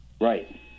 Right